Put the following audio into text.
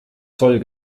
zoll